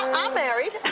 i'm married.